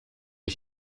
ich